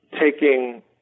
taking